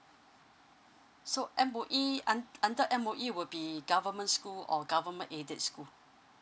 so M_O_E un~ under M_O_E would be government school or government aided school